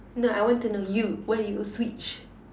no I want to know you why you switch